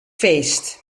feest